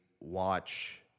watch